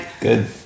Good